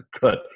Good